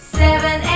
seven